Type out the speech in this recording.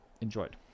enjoyed